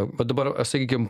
va dabar sakykim